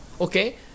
okay